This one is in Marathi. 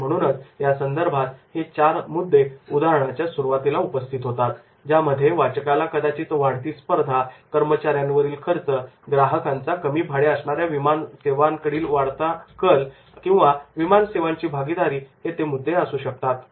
आणि म्हणूनच या संदर्भात हे चार मुद्दे उदाहरणाच्या सुरुवातीला उपस्थित होतात ज्यामध्ये वाचकाला कदाचित वाढती स्पर्धा कर्मचाऱ्यांवरील खर्च ग्राहकांचा कमी भाडे असणाऱ्या विमानसेवा न कडील वाढता कल आणि विमान सेवांची भागीदारी हे ते मुद्दे असू शकतील